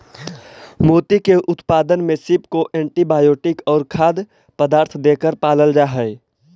मोती के उत्पादन में सीप को एंटीबायोटिक और खाद्य पदार्थ देकर पालल जा हई